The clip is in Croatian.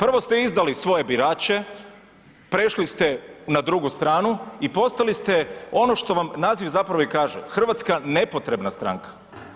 Prvo ste izdali svoje birače, prešli na drugu stranu i postali ste ono što vam naziv zapravo i kaže, hrvatska nepotrebna stranka.